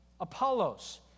Apollos